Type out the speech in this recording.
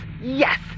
yes